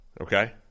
Okay